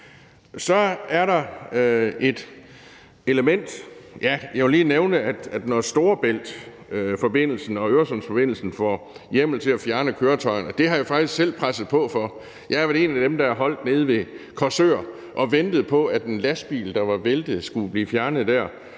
nævne det med, at Storebæltsforbindelsen og Øresundsforbindelsen får hjemmel til at fjerne køretøjer. Det har jeg faktisk selv presset på for, for jeg har været en af dem, der har holdt nede ved Korsør og ventet på, at en lastbil, der var væltet, skulle blive fjernet dér.